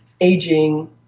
aging